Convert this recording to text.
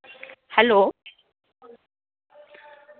hello